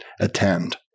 attend